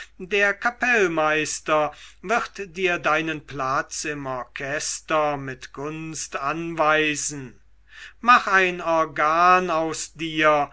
der kapellmeister wird dir deinen platz im orchester mit gunst anweisen mache ein organ aus dir